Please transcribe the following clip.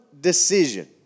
decision